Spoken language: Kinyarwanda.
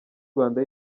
rwanda